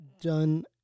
done